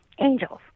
Angels